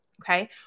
Okay